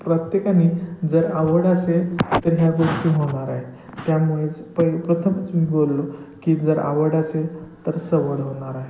प्रत्येकाने जर आवड असेल तर ह्या गोष्टी होणार आहे त्यामुळेच पै प्रथमच मी बोललो की जर आवड असेल तर सवड होणार आहे